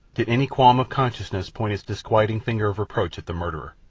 did any qualm of conscience point its disquieting finger of reproach at the murderer?